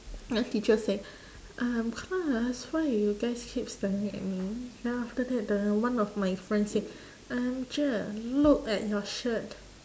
then teacher say um class why are you guys keep staring at me then after that the one of my friend say um cher look at your shirt